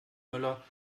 müller